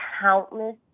countless